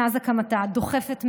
מאז הקמתה דוחפת,